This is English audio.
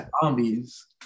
zombies